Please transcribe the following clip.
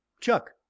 Chuck